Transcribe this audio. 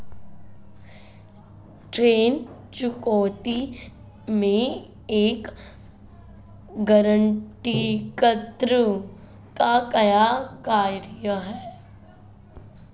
ऋण चुकौती में एक गारंटीकर्ता का क्या कार्य है?